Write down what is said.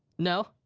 no?